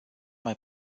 mai